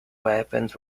weapons